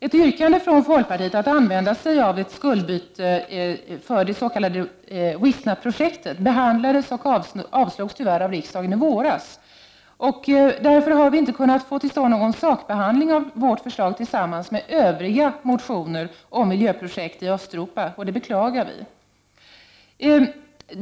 Ett yrkande från folkpartiet om att använda sig av skuldbyte för Wistaprojektet behandlades och avslogs tyvärr av riksdagen i våras. Vi har därför inte kunnat få till stånd någon sakbehandling av vårt förslag tillsammans med övriga motioner om miljöprojekt i Östeuropa, vilket vi beklagar.